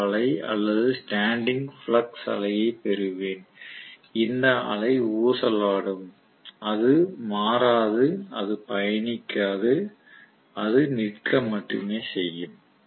F அலை அல்லது standing flux அலையை பெறுவேன் அந்த அலை ஊசலாடும் அது மாறாது அது பயணிக்காது அது நிற்க மட்டுமே செய்யும்